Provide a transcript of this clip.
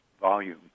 volume